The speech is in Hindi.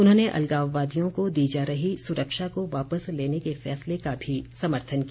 उन्होंने अलगाववादियों को दी जा रही सुरक्षा को वापिस लेने के फैसले का भी समर्थन किया